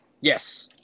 Yes